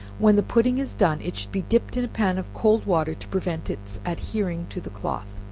when the pudding is done, it should be dipped in a pan of cold water, to prevent its adhering to the cloth.